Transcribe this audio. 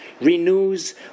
renews